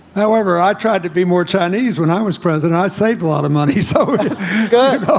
however, i tried to be more chinese when i was president. i saved a lot of money, so good,